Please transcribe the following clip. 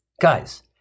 Guys